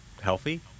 healthy